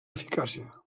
eficàcia